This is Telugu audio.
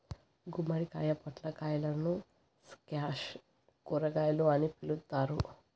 గుమ్మడికాయ, పొట్లకాయలను స్క్వాష్ కూరగాయలు అని పిలుత్తారు